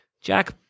Jack